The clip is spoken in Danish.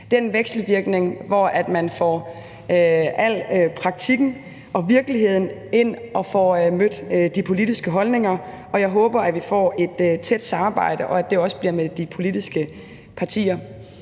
præcis den vekselvirkning, hvor man får al praktikken og virkeligheden ind og får mødt de politiske holdninger, og jeg håber, at vi får et tæt samarbejde, og at det også bliver med de politiske partier.